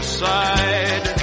side